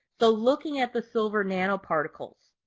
though looking at the silver nanoparticles.